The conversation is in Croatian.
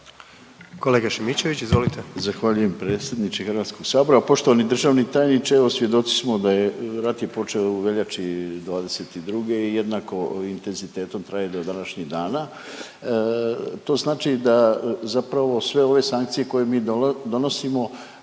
Kolega Šimičević izvolite.